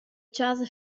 chasa